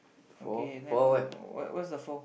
okay then what what's the fourth